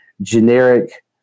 generic